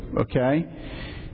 okay